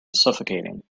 suffocating